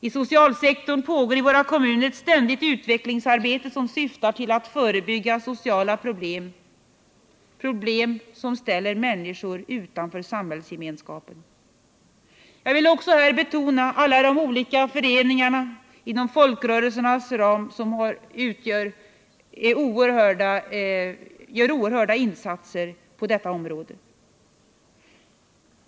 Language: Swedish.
I socialsektorn pågår i våra kommuner ett ständigt utvecklingsarbete som syftar till att förebygga sociala problem som ställer människor utanför samhällsgemenskapen. Jag vill också betona betydelsen av de oerhört stora insatser på detta område som görs av olika föreningar inom folkrörelsernas ram.